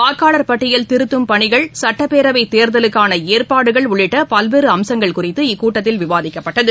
வாக்காளர் பட்டியல் திருத்தம் பணிகள் சுட்டப்பேரவைதேர்தலுக்கானஏற்பாடுகள் உள்ளிட்டபல்வேறுஅம்சங்கள் குறித்து இக்கூட்டத்தில் விவாதிக்கப்பட்டது